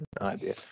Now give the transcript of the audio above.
idea